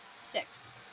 Six